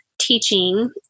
teaching